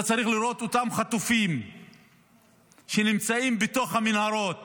אתה צריך לראות את אותם חטופים שנמצאים בתוך המנהרות